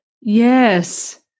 Yes